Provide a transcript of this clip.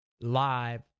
live